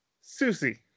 Susie